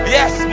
Yes